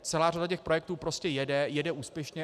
Celá řada projektů prostě jede, jede úspěšně.